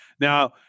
now